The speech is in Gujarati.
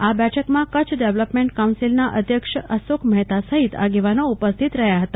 આ બેઠકમાં કચ્છ ડેવલપમેન્ટ કાઉન્સીલના અધ્યક્ષ અશોક મહેતા સહિત આગેવાનો ઉપસ્થિત રહ્યા હતા